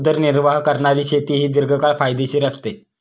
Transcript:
उदरनिर्वाह करणारी शेती ही दीर्घकाळ फायदेशीर असते